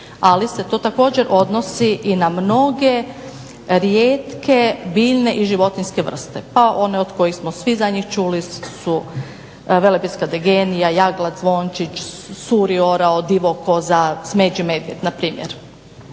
ali se to također odnosi i na mnoge rijetke biljne i životinjske vrste, pa one koje smo svi za njih čuli su Velebitska degenija, jaglac, zvončić, suriora, smeđi medvjed naprimjer.